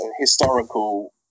historical